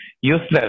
useless